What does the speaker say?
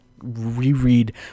reread